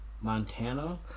Montana